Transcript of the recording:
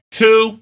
two